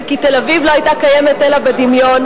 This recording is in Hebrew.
כי תל-אביב לא היתה קיימת אלא בדמיון,